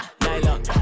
nylon